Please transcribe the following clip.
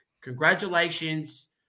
congratulations